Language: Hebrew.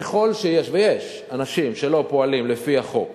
ככל שיש, ויש, אנשים שלא פועלים לפי החוק